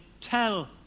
tell